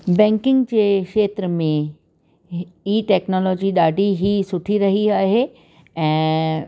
banking जे खेत्र में ही टेक्नोलॉजी ॾाढी ही सुठी रही आहे ऐं